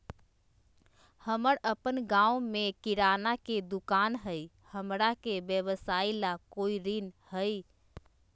हमर अपन गांव में किराना के दुकान हई, हमरा के व्यवसाय ला कोई ऋण हई?